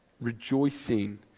Rejoicing